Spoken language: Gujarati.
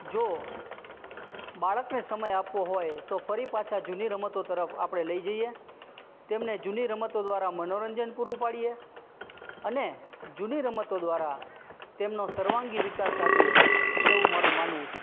જો બાળકને સમય આપવો હોય તો ફરી પાછા જૂની રમતો તરફ આપણે લઈ જઈએ તેમને જૂની રમતો દ્વારા મનોરંજન પૂરું પાડીએ અને જૂની રમતો દ્વારા તેમનો સર્વાંગી વિકાસ સાધીએ એવું મારું માનવું છે